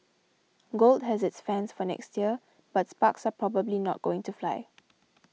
gold has its fans for next year but sparks are probably not going to fly